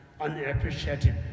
unappreciated